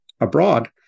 abroad